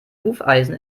hufeisen